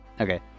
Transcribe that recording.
Okay